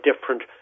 different